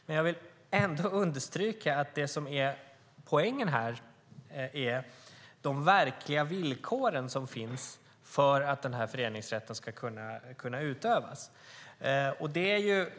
Men jag vill ändå understryka att poängen är de verkliga villkor som finns för att föreningsrätten ska kunna utövas.